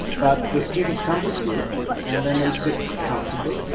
but the students come to school and then they sit comfortably,